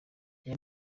aya